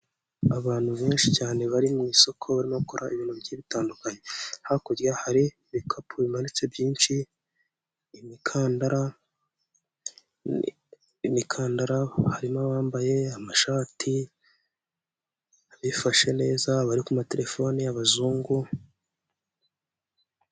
Umukobwa usa neza uhagaze wambaye ikote n'ishati y'umweru mu maso n'inzobe afite imisatsi mu ntoki afitemo akantu kameze nk'impano bamuhaye, mbere ye hariho amagambo yanditse m'ururimi rw'igifaransa.